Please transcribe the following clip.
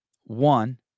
One